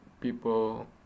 people